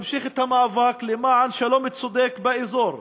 נמשיך את המאבק למען שלום צודק באזור,